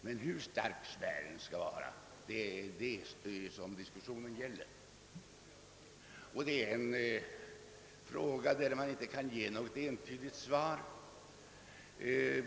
Vad diskussionen gäller är hur hård denna spärr skall vara. Det är en fråga som man inte kan ge något entydigt svar på.